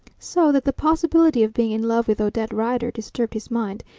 so that the possibility of being in love with odette rider disturbed his mind,